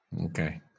Okay